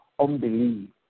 unbelief